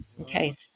okay